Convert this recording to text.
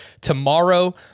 tomorrow